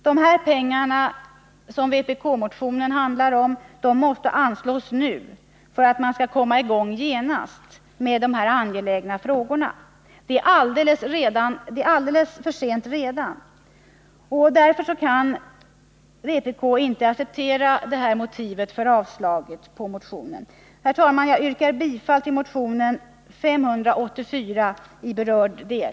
De här pengarna, som vpk-motionen handlar om, måste anslås nu för att man skall komma i gång genast med dessa angelägna frågor. Det är redan alldeles för sent. Därför kan vpk inte acceptera motivet för avslaget på motionen. Herr talman! Jag yrkar bifall till motion 584 i berörd del.